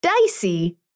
dicey